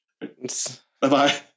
bye-bye